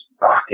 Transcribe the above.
rocket